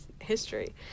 history